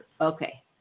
Okay